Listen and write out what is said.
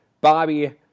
Bobby